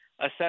assess